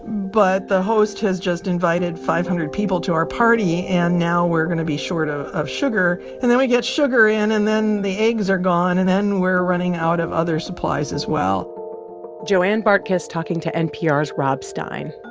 but the host has just invited five hundred people to our party, and now we're going to be short ah of of sugar. and then we get sugar in, and then the eggs are gone, and then we're running out of other supplies as well joanne bartkus talking to npr's rob stein